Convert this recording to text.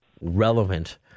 relevant